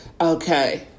Okay